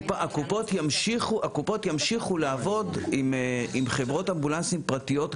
הקופות ימשיכו לעבוד עם חברות אמבולנסים פרטיות.